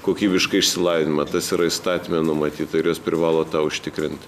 kokybišką išsilavinimą tas yra įstatyme numatyta ir jos privalo tą užtikrint